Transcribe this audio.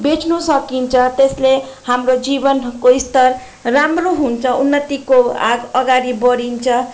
बेच्न सकिन्छ त्यसले हाम्रो जीवनको स्तर राम्रो हुन्छ उन्नतिको आग अगाडि बढिन्छ